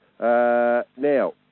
Now